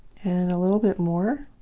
and a little bit more